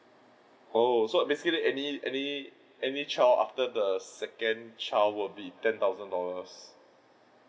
oh so basically any any any child after the second child will be ten thousand dollars